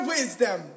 Wisdom